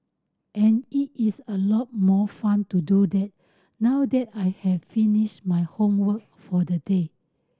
and it is a lot more fun to do that now that I have finished my homework for the day